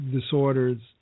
disorders